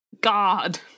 God